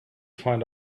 find